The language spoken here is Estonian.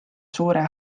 suure